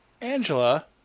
Angela